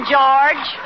George